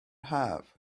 haf